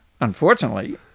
Unfortunately